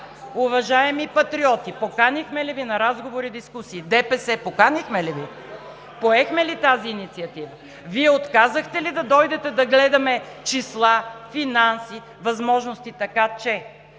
Уважаеми Патриоти, поканихме ли Ви на разговори и дискусии? ДПС, поканихме ли Ви? Поехме ли тази инициатива? Вие отказахте ли да дойдете да гледаме числа, финанси, възможности, така че